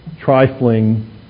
trifling